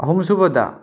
ꯑꯍꯨꯝꯁꯨꯕꯗ